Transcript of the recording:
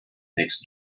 makes